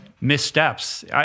missteps